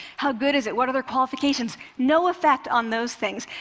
how good is it? what are their qualifications? no effect on those things.